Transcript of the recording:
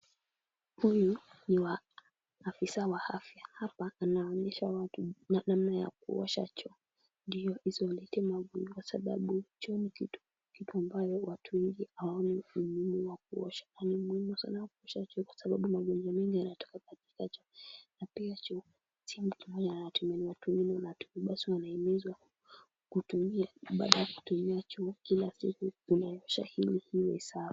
Huyu ni afisa wa afya, hapa anaonyesha watu namna ya kuosha choo, ndio isiwaletee magonjwa. Kwa sababu choo ni kitu ambayo watu wengi hawaoni umuhimu wa kuosha, na ni muhimu sana kuosha choo, kwa sababu magonjwa mengi yanatoka katika choo. Na pia choo si mtu mmoja anatumia ni watu wengi wanatumia, basi wanahimizwa, baada ya kutumia choo kila siku unaosha ili iwe sawa.